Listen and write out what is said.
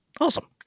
Awesome